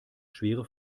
schwere